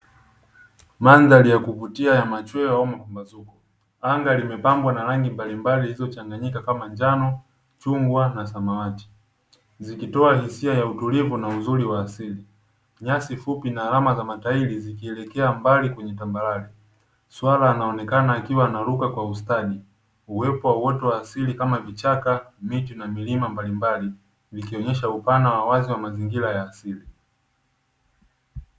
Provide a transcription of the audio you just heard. Mandhar ya kuvutia au machweo, anga limepambwa na rangi mbalimbali zilizochanganyika kama njano chungwa na samawati, zikitoa hisia ya utulivu na asili nyasi fupi na alama za matairi zikielekea mbali kwenye tambarare swala anaonekana anaruka kiustadi. uwepo wa Uoto wa asilia kama vichaka, miti na milima mbalimbali vikionyesha upana wa wazi wa mazingira ya asili.